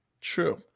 true